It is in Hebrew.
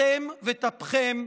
אתם וטפכם,